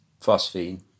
Phosphine